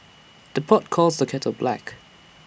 the pot calls the kettle black